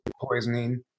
poisoning